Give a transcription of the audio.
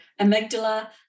amygdala